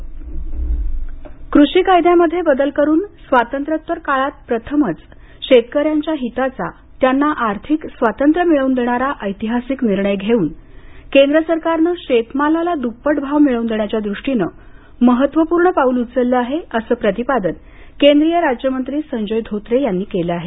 कृषी स्रधारणा धोत्रे क्रषी कायद्यामध्ये बदल करून स्वातंत्र्योत्तर काळात प्रथमच शेतकऱ्यांच्या हिताचा त्यांना आर्थिक स्वातंत्र्य मिळवून देणारा ऐतिहासिक निर्णय घेऊन केंद्र सरकारनं शेतमालाला द्प्पट भाव मिळवून देण्याच्या दृष्टीने महत्वपूर्ण पाउल उचललं आहे असं प्रतिपादन केंद्रीय राज्यमंत्री संजय धोत्रे यांनी केलं आहे